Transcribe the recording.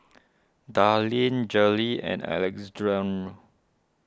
Darline Jaleel and Alexandro